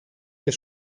και